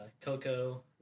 Coco